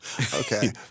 Okay